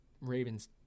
Ravens